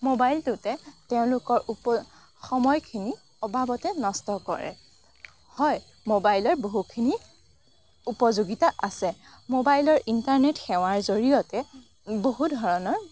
মোবাইলটোতে তেওঁলোকৰ উপ সময়খিনি অবাবতে নষ্ট কৰে হয় মোবাইলৰ বহুখিনি উপযোগীতা আছে মোবাইলৰ ইণ্টাৰনেট সেৱাৰ জৰিয়তে বহু ধৰণৰ